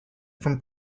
from